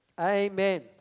Amen